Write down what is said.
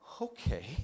okay